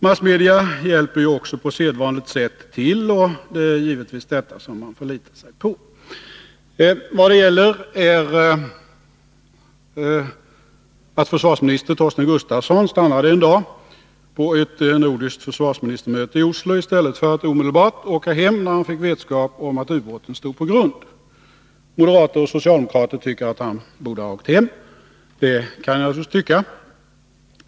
Massmedia hjälper ju också på sedvanligt sätt till, och det är givetvis detta man förlitar sig på. Vad saken gäller är att försvarsminister Torsten Gustafsson stannade en dag på ett nordiskt försvarsministermöte i Oslo, i stället för att omedelbart åka hem, när han fick vetskap om att ubåten stod på grund. Moderater och socialdemokrater anser att han borde ha åkt hem. Det kan de naturligtvis tycka.